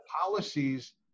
policies